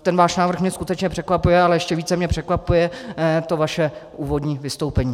Ten váš návrh mě skutečně překvapuje, ale ještě více mě překvapuje to vaše úvodní vystoupení.